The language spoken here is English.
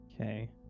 okay